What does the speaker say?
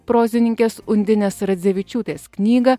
prozininkės undinės radzevičiūtės knygą